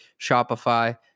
Shopify